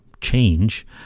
change